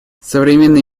современный